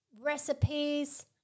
recipes